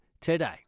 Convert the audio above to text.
today